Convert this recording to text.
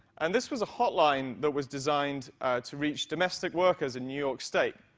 and this was a hotline that was designed to reach domestic workers in new york state.